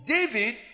David